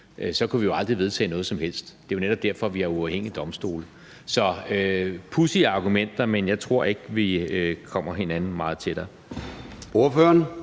kunne vi jo aldrig vedtage noget som helst. Det er jo netop derfor, at vi har uafhængige domstole. Så det er pudsige argumenter, men jeg tror ikke, at vi kommer hinanden meget tættere.